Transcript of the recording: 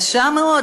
קשה מאוד.